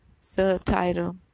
Subtitle